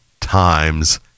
times